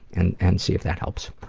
and and see if that helps.